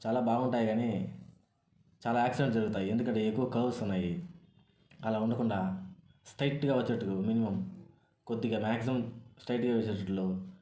చాలా బాగుంటాయియనీ చాలా యాక్సిడెంట్స్ జరుగుతాయి ఎందుకంటే ఎక్కువ కర్వ్స్ ఉన్నాయి అలా ఉండకుండా స్ట్రయిట్గా వచ్చేటట్టు మినిమమ్ కొద్దిగా మ్యాగ్సిమమ్ స్ట్రయిట్గా వేచ్చేటట్లు